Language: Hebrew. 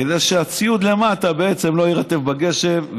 כדי שהציוד למטה בעצם לא יירטב בגשם,